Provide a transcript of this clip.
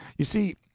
you see,